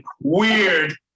Weird